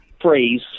phrase